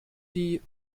die